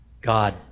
God